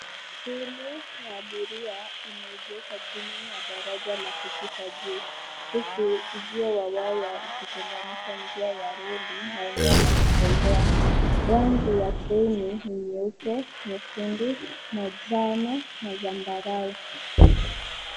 Treni ya abiria imeegesha chini ya daraja la kupita juu, huku uzio wa waya ukitenganisha njia ya reli na eneo la kutembea. Rangi ya treni ni nyeupe, nyekundu, manjano na zambarau.